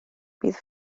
bydd